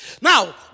Now